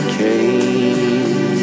came